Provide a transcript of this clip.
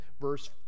verse